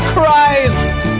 Christ